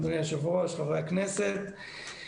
אדוני היושב-ראש, חברי הכנסת.